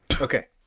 Okay